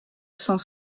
cent